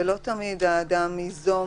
אבל לא תמיד האדם ייזום